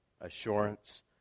assurance